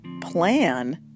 plan